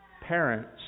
parents